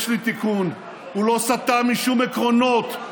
יש לי תיקון: הוא לא סטה משום עקרונות,